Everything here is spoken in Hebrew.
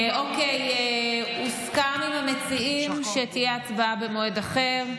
אוקיי, הוסכם עם המציעים שתהיה הצבעה במועד אחר.